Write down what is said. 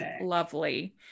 lovely